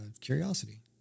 curiosity